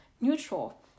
neutral